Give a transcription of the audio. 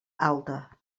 alta